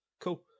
Cool